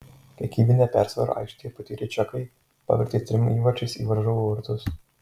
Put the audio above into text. kiekybinę persvarą aikštėje patyrę čekai pavertė trim įvarčiais į varžovų vartus